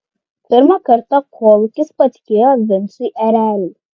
pirmą kartą kolūkis patikėjo vincui erelį